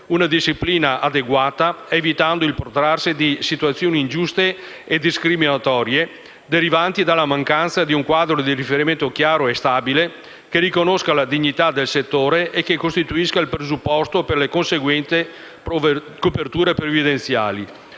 una disciplina adeguata, evitando il protrarsi di situazioni ingiuste e discriminatorie derivanti dalla mancanza di un quadro di riferimento chiaro e stabile che riconosca la dignità del settore e costituisca il presupposto per le conseguenti coperture previdenziali.